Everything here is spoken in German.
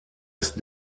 ist